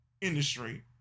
industry